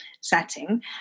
setting